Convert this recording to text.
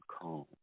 calm